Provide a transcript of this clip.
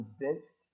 convinced